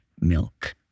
milk